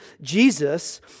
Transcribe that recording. Jesus